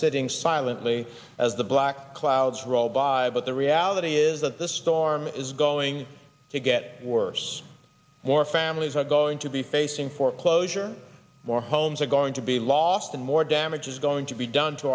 sitting silently as the black clouds roll by but the reality is that this storm is going to get worse more families are going to be facing foreclosure more homes are going to be lost and more damage is going to be done to